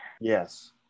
Yes